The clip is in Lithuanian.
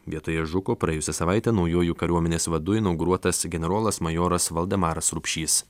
vietoje žuko praėjusią savaitę naujuoju kariuomenės vadu inauguruotas generolas majoras valdemaras rupšys